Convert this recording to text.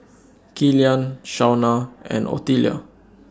Gillian Shawna and Ottilia